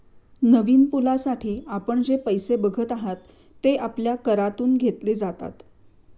नवीन पुलासाठी आपण जे पैसे बघत आहात, ते आपल्या करातून घेतले जातात